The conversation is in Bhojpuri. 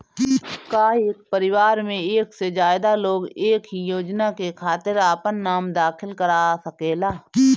का एक परिवार में एक से ज्यादा लोग एक ही योजना के खातिर आपन नाम दाखिल करा सकेला?